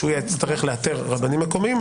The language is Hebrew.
שהוא יצטרך לאתר רבנים מקומיים,